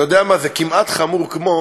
אתה יודע מה, זה כמעט חמור כמו